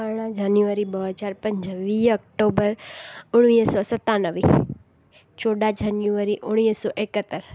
अरणा जनवरी ॿ हजार पंज वीअ ऑक्टूबर उणिअ सौ सतानवे चोॾहां जनवरी उणिवीह सौ एकहतर